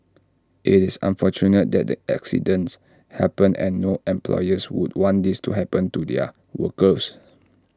IT is unfortunate that the accidents happened and no employer would want these to happen to their workers